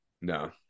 No